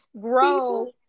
grow